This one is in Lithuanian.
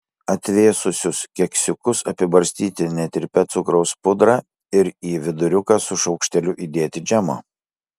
atvėsusius keksiukus apibarstyti netirpia cukraus pudra ir į viduriuką su šaukšteliu įdėti džemo